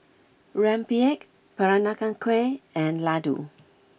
Rempeyek Peranakan Kueh and Laddu